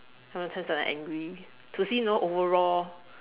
how many times am I angry to see you know overall